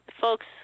folks